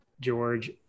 george